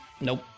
nope